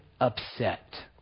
upset